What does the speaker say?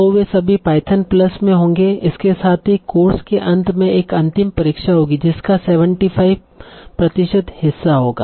तो वे सभी पाइथन प्लस में होंगे इसके साथ ही कोर्स के अंत में एक अंतिम परीक्षा होगी जिसका 75 प्रतिशत हिस्सा होगा